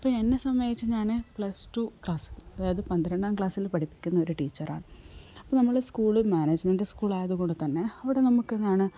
അപ്പം എന്നെ സംബന്ധിച്ച് ഞാൻ പ്ലസ് ടു ക്ലാസ് അതായത് പന്ത്രണ്ടാം ക്ലാസിൽ പഠിപ്പിക്കുന്ന ഒരു ടീച്ചറാണ് അപ്പം നമ്മൾ സ്കൂളിൽ മാനേജ്മെൻറ്റ് സ്കൂൾ ആയതു കൊണ്ട് തന്നെ അവിടെ നമുക്ക് എന്താണ്